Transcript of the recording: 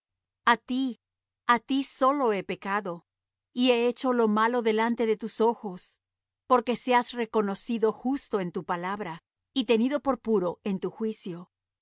a ti á ti solo he pecado y he hecho lo malo delante de tus ojos porque seas reconocido justo en tu palabra y tenido por puro en tu juicio